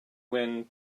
wind